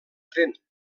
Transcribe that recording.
tren